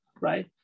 right